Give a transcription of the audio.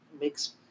makes